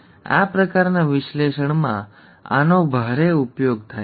આ પ્રકારના વિશ્લેષણમાં આનો ભારે ઉપયોગ થાય છે